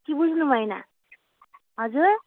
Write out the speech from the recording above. कि बुझ्नुभएन हजुर